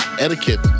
etiquette